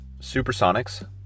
Supersonics